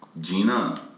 Gina